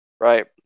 Right